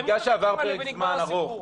סיימו את הבירור ונגמר הסיפור,